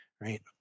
Right